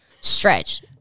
stretch